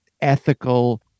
ethical